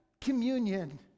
communion